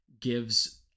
gives